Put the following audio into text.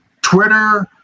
Twitter